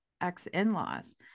ex-in-laws